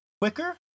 quicker